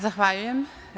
Zahvaljujem.